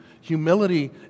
Humility